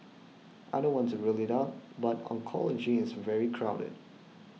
I don't want to rule it out but oncology is very crowded